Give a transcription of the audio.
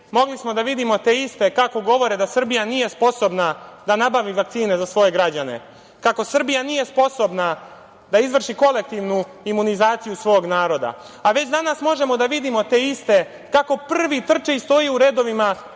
mogli smo da vidimo te iste kako govore da Srbija nije sposobna da nabavi vakcine za svoje građane, kako Srbije nije sposobna da izvrši kolektivnu imunizaciju svog naroda, a već danas možemo da vidimo te iste kako prvi trče i stoje u redovima